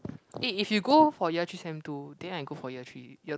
it if you go for year three sem two then I go for year three year